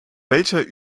welcher